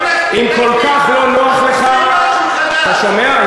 אתה שומע?